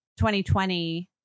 2020